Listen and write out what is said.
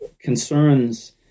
concerns